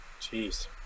Jeez